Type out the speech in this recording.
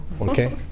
okay